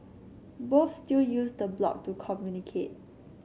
both still use the blog to communicate